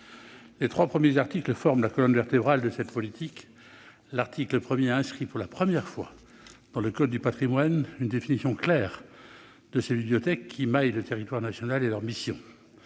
Les trois premiers articles forment la colonne vertébrale de cette politique. L'article 1 inscrit pour la première fois dans le code du patrimoine une définition claire des missions de ces bibliothèques qui maillent le territoire national. Relais